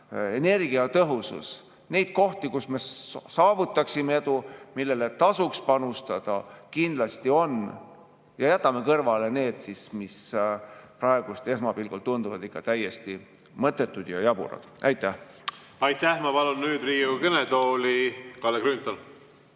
energiatõhusus. Neid kohti, kus me saavutaksime edu, millele tasuks panustada, kindlasti on. Jätame kõrvale need asjad, mis praegu esmapilgul tunduvad ikka täiesti mõttetud ja jaburad. Aitäh! Aitäh! Ma palun nüüd Riigikogu kõnetooli Kalle Grünthali.